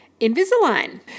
Invisalign